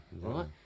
Right